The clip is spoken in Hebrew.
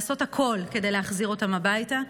לעשות הכול כדי להחזיר אותם הביתה,